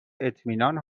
اطمینان